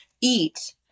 eat